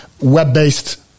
web-based